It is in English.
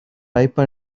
ripe